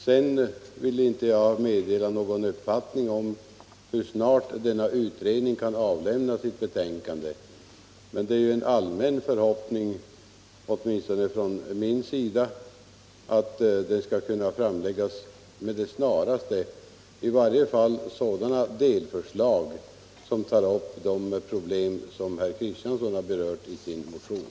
Jag vill inte meddela någon uppfattning om hur snart denna utredning kan avlämna sitt betänkande. Men det är ju en allmän förhoppning —- åtminstone hoppas jag det — att det med det snaraste skall kunna framläggas i varje fall sådana delförslag som tar upp de problem som herr Kristiansson berört i sin motion.